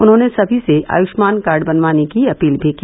उन्होंने सभी से आयुष्मान कार्ड बनवाने की अपील भी की